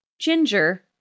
Ginger